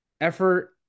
effort